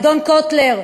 אדון קוטלר,